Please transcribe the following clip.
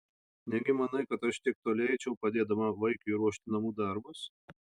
negi manai kad aš tiek toli eičiau padėdama vaikiui ruošti namų darbus